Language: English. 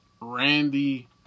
Randy